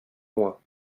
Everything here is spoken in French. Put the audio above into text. moi